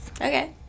okay